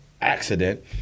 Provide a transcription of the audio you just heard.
accident